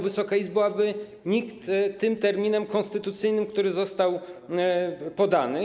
Wysoka Izbo, dlatego, aby nikt tym terminem konstytucyjnym, który został podany.